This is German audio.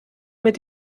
mit